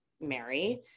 Mary